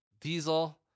Diesel